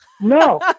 No